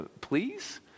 please